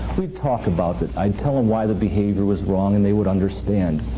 we'd talk about it. i'd tell them why the behavior was wrong, and they would understand.